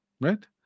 right